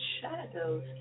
shadows